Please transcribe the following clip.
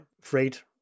freight